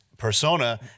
persona